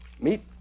Meet